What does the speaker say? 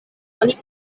oni